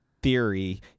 theory